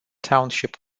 township